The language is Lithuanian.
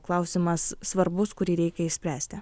klausimas svarbus kurį reikia išspręsti